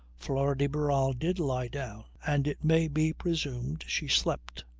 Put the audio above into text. flora de barral did lie down, and it may be presumed she slept.